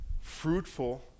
fruitful